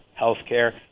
healthcare